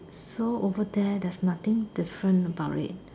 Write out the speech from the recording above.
so over there there's nothing different about it